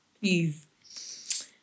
please